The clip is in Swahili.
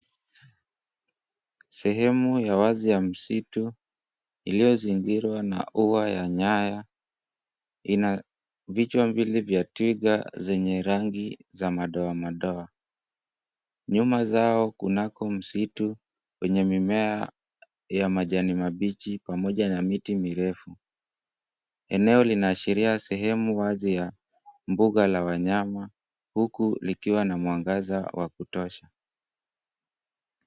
Sehemu ya wazi ya msitu iliyozingirwa na ua ya nyaya ina vichwa vile vya twiga zenye rangi za madoamadoa. Nyuma zao kunako msitu wenye mimea ya majani mabichi pamoja na miti mirefu. Eneo linaashiria sehemu wazi ya mbuga la wanyama huku likiwa na mwangaza wa kutosha.